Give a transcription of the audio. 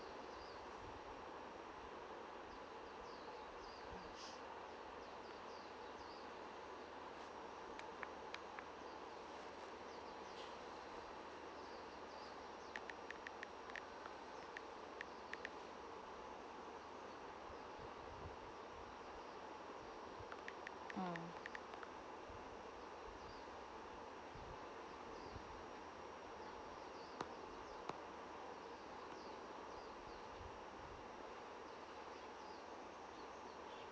mm